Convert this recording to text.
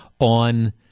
on